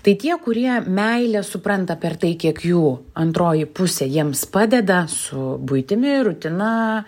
tai tie kurie meilę supranta per tai kiek jų antroji pusė jiems padeda su buitimi rutina